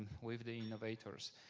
with the innovators,